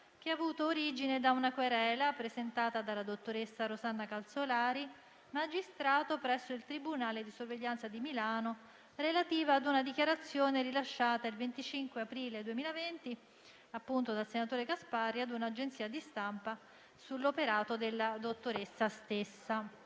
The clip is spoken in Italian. che ha avuto origine da una querela presentata dalla dottoressa Rosanna Calzolari, magistrato presso il tribunale di sorveglianza di Milano, relativa a una dichiarazione rilasciata il 25 aprile 2020 dal senatore Gasparri a un'agenzia di stampa sull'operato della dottoressa stessa.